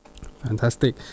Fantastic